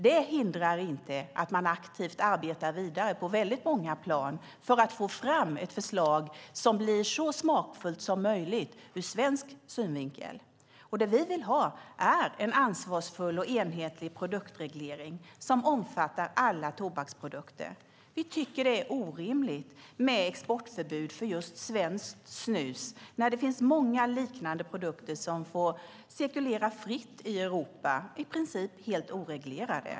Det hindrar inte att man aktivt arbetar vidare på väldigt många plan för att få fram ett förslag som blir så smakfullt som möjligt ur svensk synvinkel. Det vi vill ha är en ansvarsfull och enhetlig produktreglering som omfattar alla tobaksprodukter. Vi tycker att det är orimligt med exportförbud för just svenskt snus när det finns många liknande produkter som får cirkulera fritt i Europa i princip helt oreglerade.